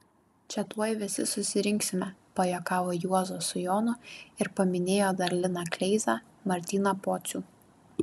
čia tuoj visi susirinksime pajuokavo juozas su jonu ir paminėjo dar liną kleizą martyną pocių